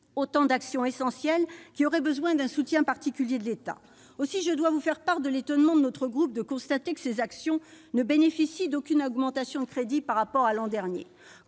autant d'actions essentielles qui auraient besoin d'un soutien particulier de l'État. Je dois donc vous faire part de l'étonnement de notre groupe, quand il a constaté que ces actions ne bénéficient d'aucune augmentation de crédits par rapport à l'an dernier.